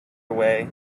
away